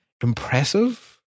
impressive